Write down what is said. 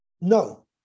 no